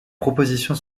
propositions